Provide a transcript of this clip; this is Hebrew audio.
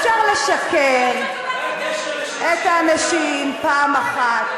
אפשר לשקר לאנשים פעם אחת,